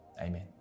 Amen